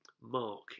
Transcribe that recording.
Mark